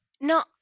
no